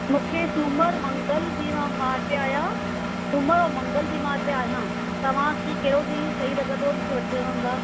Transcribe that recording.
मूंखे सूमर मंगल ॾींहं मां हिते आहियां सूमर ऐं मंगल ॾींहं मां हिते आहियां तव्हांखे कहिड़ो ॾींहुं सही लॻंदो मूंखे वठी हलण लाइ